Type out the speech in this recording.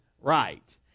right